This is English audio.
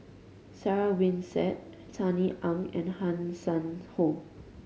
Sarah Winstedt Sunny Ang and Hanson Ho